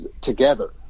together